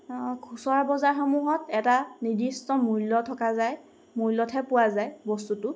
খুচৰা বজাৰসমূহত এটা নিৰ্দিষ্ট মূল্য থকা যায় মূল্যতহে পোৱা যায় বস্তুটো